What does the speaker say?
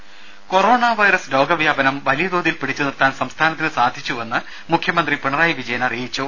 ദേഴ corona virus രോഗ വ്യാപനം വലിയ തോതിൽ പിടിച്ചു നിർത്താൻ സംസ്ഥാനത്തിന് സാധിച്ചുവെന്ന് മുഖ്യമന്ത്രി പിണറായി വിജയൻ അറിയിച്ചു